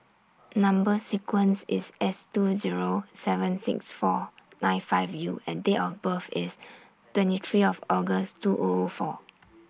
Number sequence IS S two Zero seven six four nine five U and Date of birth IS twenty three of August two O O four